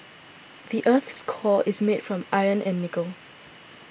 the earth's core is made of iron and nickel